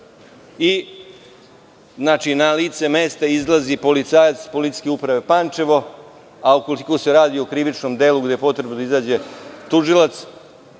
i na lice mesto izlazi policajac iz Policijske uprave Pančevo, a ako se radi o krivičnom delu onda je potrebno da dođe tužilac